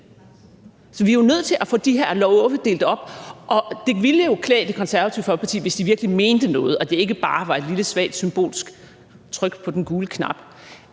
Så vi er nødt til at få de her love delt op. Det ville jo klæde Det Konservative Folkeparti, hvis de virkelig mente noget og det ikke bare var et lille, svagt symbolsk tryk på den gule knap,